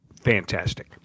fantastic